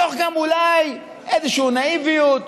אולי גם מתוך איזושהי נאיביות,